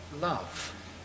love